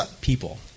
People